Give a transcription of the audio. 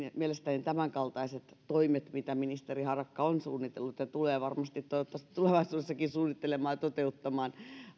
mielestäni tämänkaltaiset toimet mitä ministeri harakka on suunnitellut ja tulee varmasti toivottavasti tulevaisuudessakin suunnittelemaan ja toteuttamaan